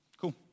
Cool